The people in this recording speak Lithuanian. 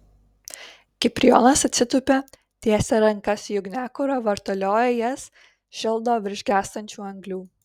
kiprijonas atsitupia tiesia rankas į ugniakurą vartalioja jas šildo virš gęstančių anglių